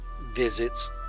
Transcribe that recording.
visits